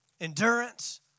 endurance